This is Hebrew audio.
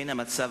בדיוק.